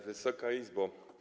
Wysoka Izbo!